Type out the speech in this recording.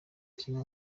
kimwe